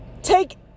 take